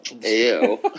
Ew